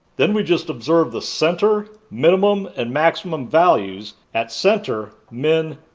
then we just observe the center, minimum and maximum values at center, min,